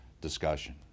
discussion